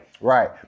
Right